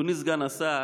אדוני סגן השר,